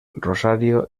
rosario